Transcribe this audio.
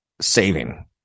saving